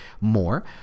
more